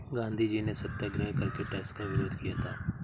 गांधीजी ने सत्याग्रह करके टैक्स का विरोध किया था